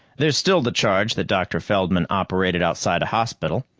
there's still the charge that dr. feldman operated outside a hospital.